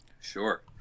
Sure